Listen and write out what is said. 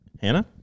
Hannah